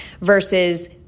versus